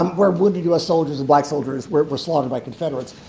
um where wounded u s. soldiers and black soldiers were slaughtered by confederates.